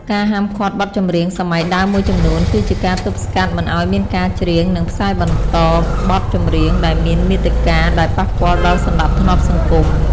ការហាមឃាត់បទចម្រៀងសម័យដើមមួយចំនួន គឺជាការទប់ស្កាត់មិនឲ្យមានការច្រៀង និងផ្សាយបន្តបទចម្រៀងដែលមានមាតិកា ដែលប៉ះពាល់ដល់សណ្តាប់ធ្នាប់សង្គម។